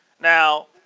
Now